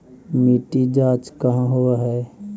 मिट्टी जाँच कहाँ होव है?